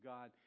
God